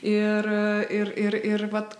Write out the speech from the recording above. ir ir ir ir vat